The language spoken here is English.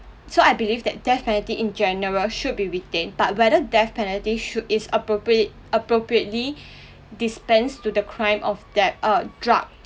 so I believe that death penalty in general should be retained but whether death penalty should is appropriate appropriately dispense to the crime of that err drug